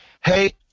hey